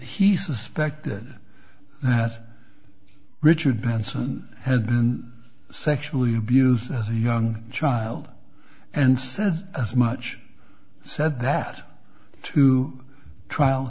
he suspected that richard branson had been sexually abused as a young child and said as much said that to trial